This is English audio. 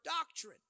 doctrine